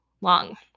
long